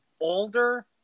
older